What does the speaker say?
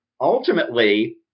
Ultimately